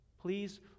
Please